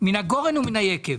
מן הגורן ומן היקב.